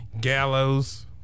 Gallows